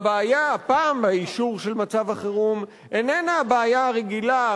הבעיה הפעם באישור של מצב החירום איננה הבעיה הרגילה,